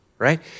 right